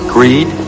Greed